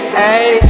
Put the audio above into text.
hey